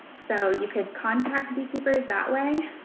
so you could contact beekeepers that way.